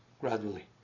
gradually